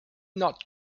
not